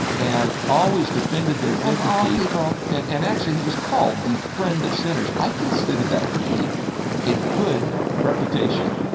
and always defended their dignity, of all people, and and actually, he was called the friend of sinners. i consider that to be a good reputation.